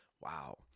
Wow